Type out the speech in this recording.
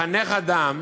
לחנך אדם